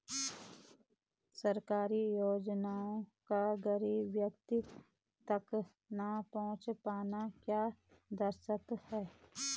सरकारी योजनाओं का गरीब व्यक्तियों तक न पहुँच पाना क्या दर्शाता है?